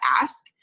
ask